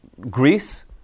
Greece